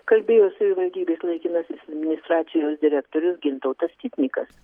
kalbėjo savivaldybės laikinasis administracijos direktorius gintautas sitnikas